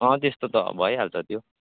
अँ त्यस्तो त भइहाल्छ त्यो